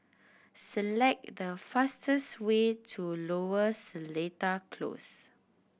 select the fastest way to Lower Seletar Close